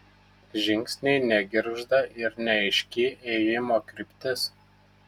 žingsniai negirgžda ir neaiški ėjimo kryptis